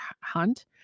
Hunt